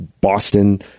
Boston